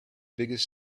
biggest